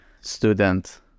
student